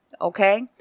Okay